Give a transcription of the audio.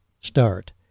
start